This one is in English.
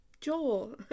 Joel